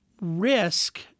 risk